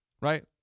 right